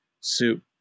soup